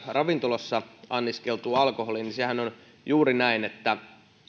ravintolassa anniskeltuun alkoholiin sehän on juuri näin että